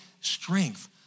strength